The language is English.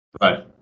Right